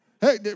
Hey